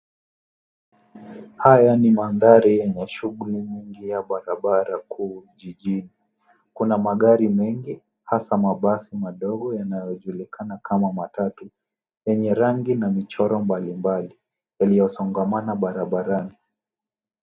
Haya ni mandhari yenye shughuli nyingi ya barabara kuu jijini. Kuna magari mengi hasa mabasi madogo yanayojulikana kama matatu yenye rangi na michoro mbalimbali yaliyosongamana barabarani.